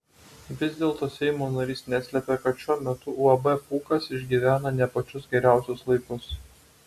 vis dėlto seimo narys neslėpė kad šiuo metu uab pūkas išgyvena ne pačius geriausius laikus